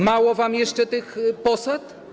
Mało wam jeszcze tych posad?